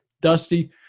Dusty